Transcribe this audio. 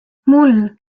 mul